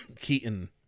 Keaton